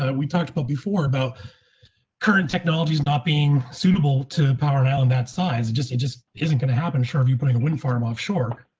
and we talked about before about current technology is not being suitable to power. now in that size just just isn't going to happen. sure. if you're putting a winning farm off shore.